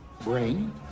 Brain